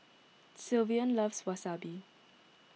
Sylvan loves Wasabi